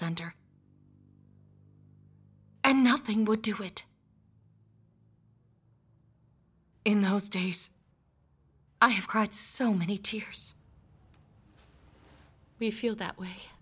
center and nothing would do it in those days i have cried so many tears we feel that way